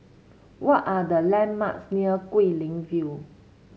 what are the landmarks near Guilin View